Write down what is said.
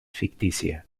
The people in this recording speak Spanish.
ficticia